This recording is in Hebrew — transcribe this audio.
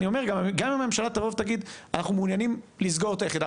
גם אם הממשלה תבוא ותגיד שהם מעוניינים לסגור את היחידה,